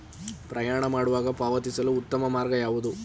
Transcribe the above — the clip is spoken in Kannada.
ಪ್ರಯಾಣ ಮಾಡುವಾಗ ಪಾವತಿಸಲು ಉತ್ತಮ ಮಾರ್ಗ ಯಾವುದು?